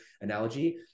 analogy